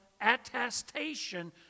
attestation